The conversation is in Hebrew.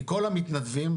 מכל המתנדבים,